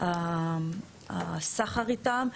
הסחר איתם.